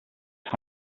its